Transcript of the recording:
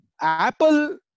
Apple